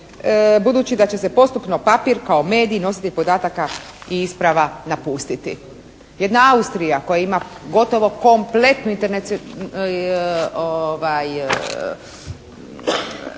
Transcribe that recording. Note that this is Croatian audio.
budući da će se postupno papir kao medij nositelj podataka i isprava napustiti. Jedna Austrija koja ima gotovo kompletnu državnu